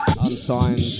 Unsigned